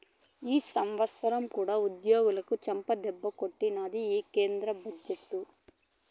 ఈ సంవత్సరం కూడా ఉద్యోగులని చెంపదెబ్బే కొట్టినాది ఈ కేంద్ర బడ్జెట్టు